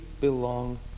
Belong